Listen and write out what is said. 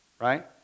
right